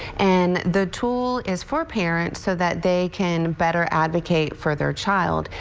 and the tool is for parents so that they can better advocate for their child.